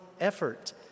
effort